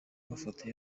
mafoto